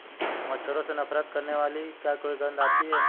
मच्छरों से नफरत करने वाली क्या कोई गंध आती है?